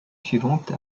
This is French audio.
suivante